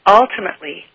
ultimately